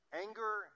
Anger